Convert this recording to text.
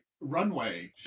Runway